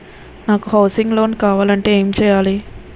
నాకు housing loan కావాలంటే ఎలా తీసుకోవాలి?